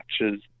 matches